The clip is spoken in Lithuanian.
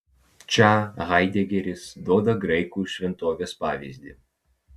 čia haidegeris duoda graikų šventovės pavyzdį